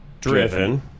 driven